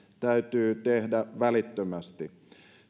täytyy tehdä välittömästi